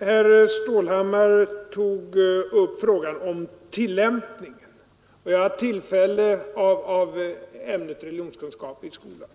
Herr Stålhammar tog upp frågan om tillämpningen av ämnet religionskunskap i skolan.